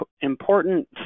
important